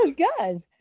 ah good.